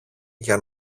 για